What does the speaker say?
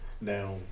Now